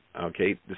Okay